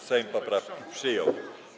Sejm poprawki przyjął.